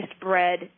bread